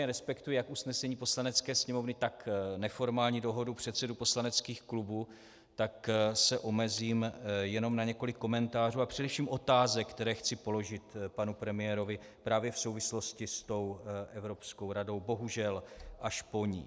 Protože samozřejmě respektuji jak usnesení Poslanecké sněmovny, tak neformální dohodu předsedů poslaneckých klubů, tak se omezím jenom na několik komentářů a především otázek, které chci položit panu premiérovi právě v souvislosti s tou Evropskou radou, bohužel až po ní.